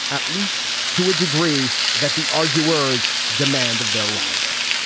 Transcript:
at least to a degree that the arguers demand of their rivals